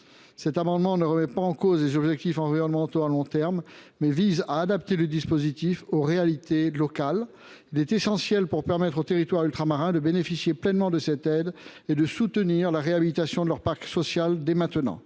Cet amendement tend non pas à remettre en cause les objectifs environnementaux de long terme, mais à adapter le dispositif aux réalités locales. Il est essentiel pour permettre aux territoires ultramarins de bénéficier pleinement de cette aide et pour soutenir la réhabilitation de leur parc social dès maintenant.